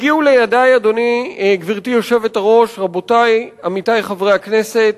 הגיעו לידי, גברתי היושבת-ראש, עמיתי חברי הכנסת,